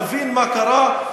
נבין מה קרה,